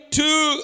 two